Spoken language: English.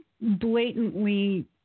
blatantly